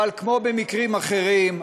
אבל כמו במקרים אחרים,